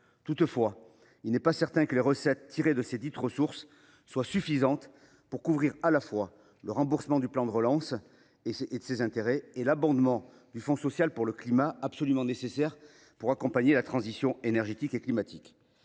Toutefois, il n’est pas certain que les recettes tirées desdites ressources soient suffisantes pour couvrir, à la fois, le remboursement du plan de relance et de ses intérêts et l’abondement du Fonds social pour le climat, un fonds absolument nécessaire pour accompagner la transition énergétique et climatique.